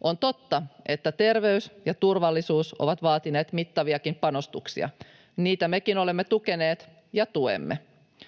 On totta, että terveys ja turvallisuus ovat vaatineet mittaviakin panostuksia. Niitä mekin olemme tukeneet ja tuemme.